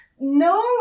No